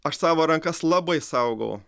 aš savo rankas labai saugau